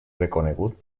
reconegut